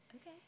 okay